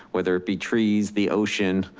whether it be trees, the ocean,